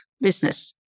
business